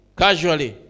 casually